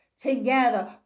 together